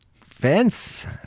fence